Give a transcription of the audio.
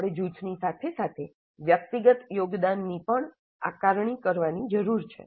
આપણે જૂથની સાથે સાથે વ્યક્તિગત યોગદાનની પણ આકારણી કરવાની જરૂર છે